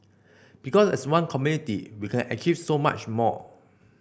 because as one community we can achieve so much more